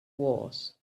wars